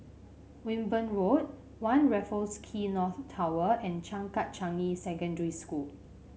Wimborne Road One Raffles Quay North Tower and Changkat Changi Secondary School